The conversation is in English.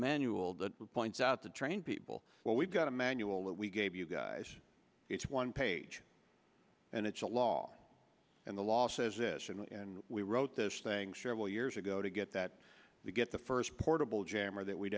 that points out the trained people well we've got a manual that we gave you guys it's one page and it's a law and the law says this and we wrote this thing sure we'll years ago to get that we get the first portable jammer that we'